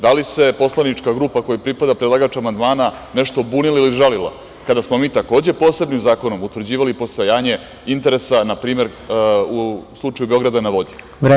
Da li se poslanička grupa kojoj pripada predlagač amandmana nešto bunila ili žalila kada smo mi takođe posebnim zakonom utvrđivali postojanje interesa, na primer, u slučaju "Beograda na vodi"